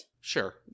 Sure